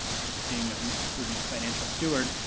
just being a financial steward,